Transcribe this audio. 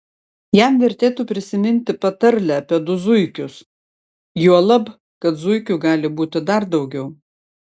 jam vertėtų prisiminti patarlę apie du zuikius juolab kad zuikių gali būti dar daugiau